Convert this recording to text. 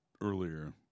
earlier